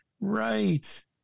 right